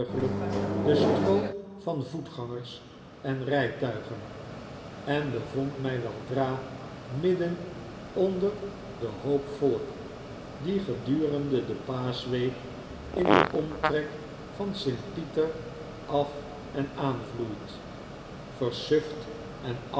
den stroom van voetgangers en rytuigen en bevond mi weldra midden onder den hoop volk die gedurende de paaschweek in den omtrek van st pieter af en aanvloeit versuft enafgemat